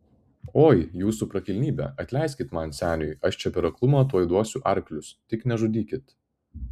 oi jūsų prakilnybe atleiskit man seniui aš čia per aklumą tuoj duosiu arklius tik nežudykit